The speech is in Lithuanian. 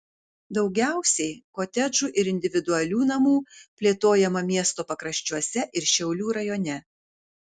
daugiausiai kotedžų ir individualių namų plėtojama miesto pakraščiuose ir šiaulių rajone